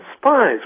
spies